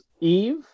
Eve